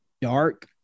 dark